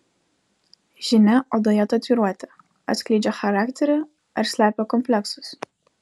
žinia odoje tatuiruotė atskleidžia charakterį ar slepia kompleksus